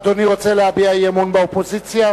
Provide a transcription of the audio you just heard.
אדוני רוצה להביע אי-אמון באופוזיציה?